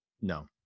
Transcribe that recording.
No